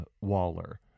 Waller